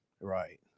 Right